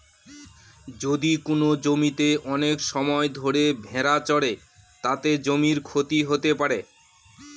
যদি কোনো জমিতে অনেক সময় ধরে ভেড়া চড়ে, তাতে জমির ক্ষতি হতে পারে